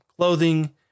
clothing